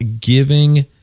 giving